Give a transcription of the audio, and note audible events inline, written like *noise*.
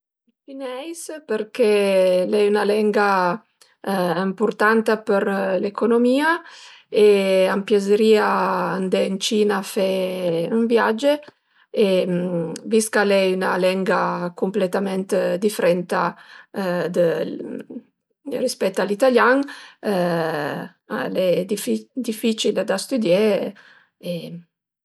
Cineis përché al e 'na lenga ëmpourtanta për l'economia e m'piazërìa andé ën Cina a fe ën viage e vist ch'al e 'na lenga cumpletament difrenta de *hesitation* rispet a l'italian *hesitation* al e dificil da stüdié e